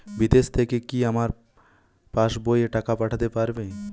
বিদেশ থেকে কি আমার পাশবইয়ে টাকা পাঠাতে পারবে?